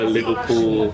Liverpool